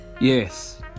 Yes